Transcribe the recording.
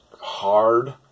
hard